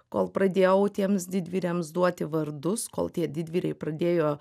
kol pradėjau tiems didvyriams duoti vardus kol tie didvyriai pradėjo